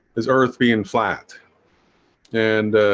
is earth being flat and